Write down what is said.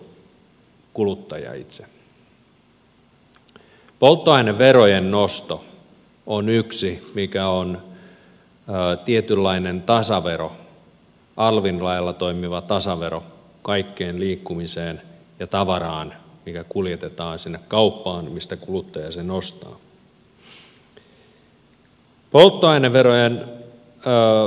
polttoaineverojen nosto on yksi mikä on tietynlainen tasavero alvin lailla toimiva tasavero kaikkeen liikkumiseen ja tavaraan mikä kuljetetaan sinne kauppaan mistä kuluttaja sen ostaa